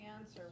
answer